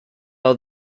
all